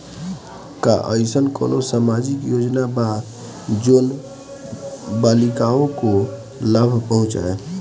का अइसन कोनो सामाजिक योजना बा जोन बालिकाओं को लाभ पहुँचाए?